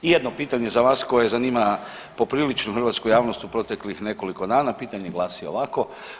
I jedno pitanje za vas koje zanima poprilično hrvatsku javnost u proteklih nekoliko dana, pitanje glasi ovako.